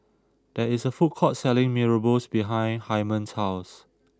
there is a food court selling Mee Rebus behind Hyman's house